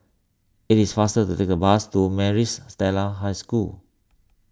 it is faster to take the bus to Maris Stella High School